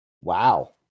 Wow